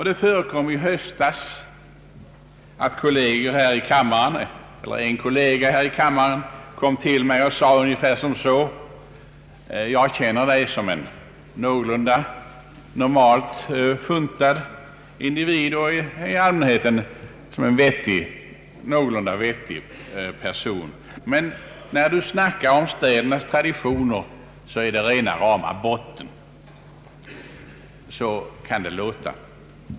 Det hände i höstas att en kollega här i kammaren kom till mig och sade ungefär så här: ”Vi känner dig som en någorlunda normalt funtad individ och i allmänhet vettig person, men när du snackar om städernas traditioner är det rena rama botten.” Så kan det låta.